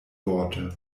worte